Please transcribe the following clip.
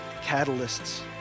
catalysts